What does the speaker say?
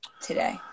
today